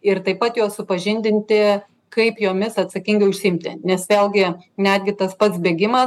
ir taip pat juos supažindinti kaip jomis atsakingai užsiimti nes vėlgi netgi tas pats bėgimas